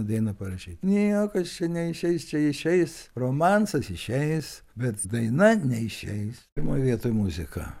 dainą parašyt niekas čia neišeis čia išeis romansas išeis bet daina neišeis pirmoj vietoj muzika